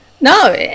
no